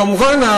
כמובן,